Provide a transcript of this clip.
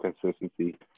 consistency